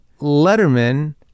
Letterman